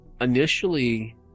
initially